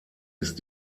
ist